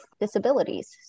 disabilities